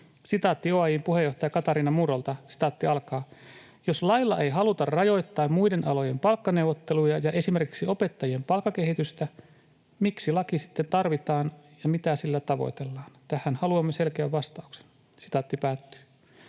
Sitaatti OAJ:n puheenjohtaja Katarina Murrolta: ”Jos lailla ei haluta rajoittaa muiden alojen palkkaneuvotteluja ja esimerkiksi opettajien palkkakehitystä, miksi laki sitten tarvitaan ja mitä sillä tavoitellaan? Tähän haluamme selkeän vastauksen.” Tähän